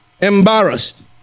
embarrassed